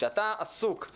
כשעסוקים